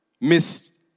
miss